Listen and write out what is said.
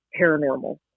paranormal